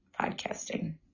podcasting